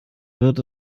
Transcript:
wird